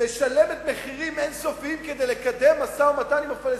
משלמת מחירים אין-סופיים כדי לקדם משא-ומתן עם הפלסטינים,